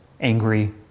angry